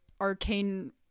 arcane